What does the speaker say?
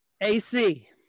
AC